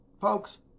folks